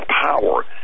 power